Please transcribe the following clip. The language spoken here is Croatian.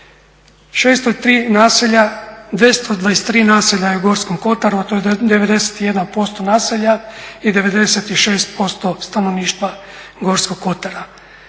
603 naselja, 223 naselja je u Gorskom Kotaru, a to je 91% naselja i 96% stanovništva Gorskog Kotara.